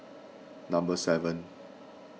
number seven